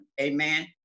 Amen